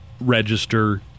register